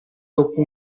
dopo